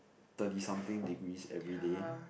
thirty something degrees everyday